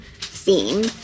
theme